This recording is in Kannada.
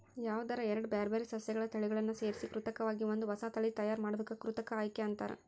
ಯಾವದರ ಎರಡ್ ಬ್ಯಾರ್ಬ್ಯಾರೇ ಸಸ್ಯಗಳ ತಳಿಗಳನ್ನ ಸೇರ್ಸಿ ಕೃತಕವಾಗಿ ಒಂದ ಹೊಸಾ ತಳಿ ತಯಾರ್ ಮಾಡೋದಕ್ಕ ಕೃತಕ ಆಯ್ಕೆ ಅಂತಾರ